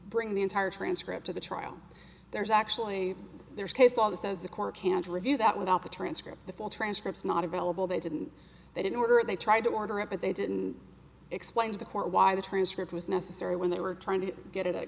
bring the entire transcript of the trial there's actually there's case law that says the court can't review that without the transcript the full transcript is not available they didn't that in order they tried to order it but they didn't explain to the court why the transcript was necessary when they were trying to get it at